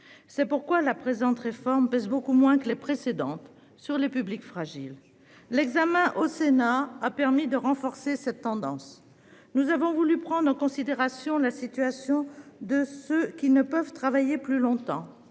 C'est pourquoi la présente réforme pèse beaucoup moins que les précédentes sur les publics fragiles. Son examen au Sénat a permis de renforcer cette caractéristique. Nous avons voulu prendre en considération la situation de ceux qui ne peuvent travailler plus longtemps,